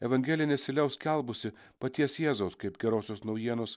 evangelija nesiliaus skelbusi paties jėzaus kaip gerosios naujienos